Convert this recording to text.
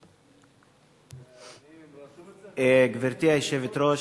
אני רשום אצלך, גברתי היושבת-ראש?